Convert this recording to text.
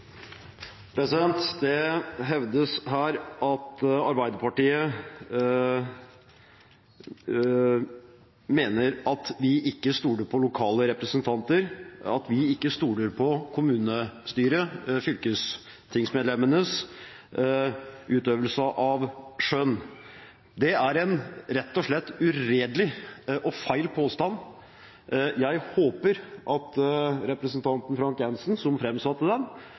Det hevdes her at Arbeiderpartiet ikke stoler på lokale representanter, og at vi ikke stoler på kommunestyrenes og fylkestingsmedlemmenes utøvelse av skjønn. Det er rett og slett en uredelig og feil påstand. Jeg håper representanten Frank J. Jenssen, som